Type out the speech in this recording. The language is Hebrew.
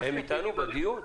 הם איתנו בדיון?